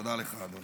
תודה לך, אדוני.